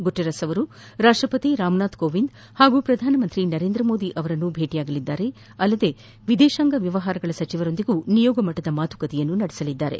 Guterres ಅವರು ರಾಷ್ಟ್ರಪತಿ ರಾಮನಾಥ್ ಕೋವಿಂದ್ ಹಾಗೂ ಪ್ರಧಾನಮಂತ್ರಿ ನರೇಂದ್ರ ಮೋದಿ ಅವರನ್ನು ಭೇಟಿಯಾಗುವರಲ್ಲದೆ ವಿದೇಶಾಂಗ ವ್ಯವಹಾರಗಳ ಸಚಿವರೊಂದಿಗೆ ನಿಯೋಗ ಮಟ್ಟದ ಮಾತುಕತೆ ನಡೆಸಲಿದ್ದಾರೆ